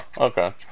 Okay